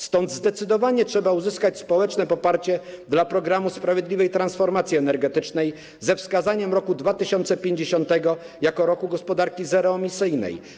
Stąd zdecydowanie trzeba uzyskać społeczne poparcie dla programu sprawiedliwej transformacji energetycznej, ze wskazaniem roku 2050 jako roku gospodarki zeroemisyjnej.